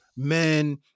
Men